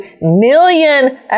million